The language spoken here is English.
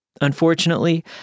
Unfortunately